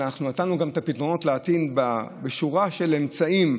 אלא אנחנו נתנו גם את הפתרונות להטעין בשורה של אמצעים,